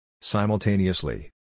Simultaneously